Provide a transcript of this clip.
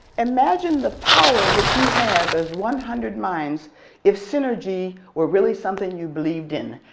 imagine the power that you have as one hundred minds if synergy were really something you believed in.